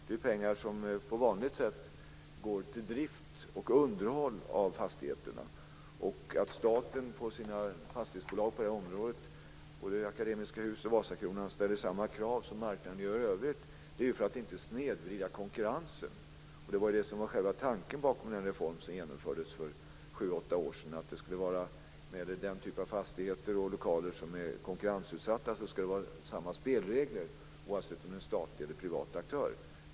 Det är ju pengar som på vanligt sätt går till drift och underhåll av fastigheterna. Att staten på sina fastighetsbolag på det här området - både Akademiska Hus och Vasakronan - ställer samma krav som marknaden gör i övrigt beror ju på att man inte vill snedvrida konkurrensen. Det var det som var själva tanken bakom den reform som genomfördes för sju åtta år sedan. När det gäller den typen av fastigheter och lokaler som är konkurrensutsatta ska det vara samma spelregler oavsett om det är en statlig eller privat aktör.